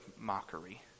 mockery